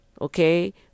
okay